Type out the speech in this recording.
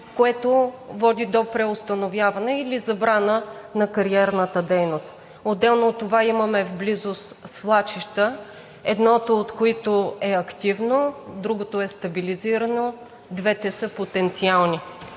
което води до преустановяване или забрана на кариерната дейност. Отделно от това имаме в близост свлачища, едното от които е активно, другото е стабилизирано, двете, са потенциални.